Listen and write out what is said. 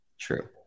True